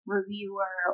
Reviewer